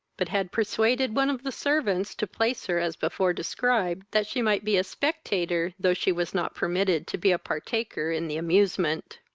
but had persuaded one of the servants to place her as before described, that she might be a spectator, though she was not permitted to be a partaker in the amusement.